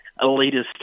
elitist